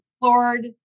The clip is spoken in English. Lord